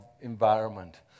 environment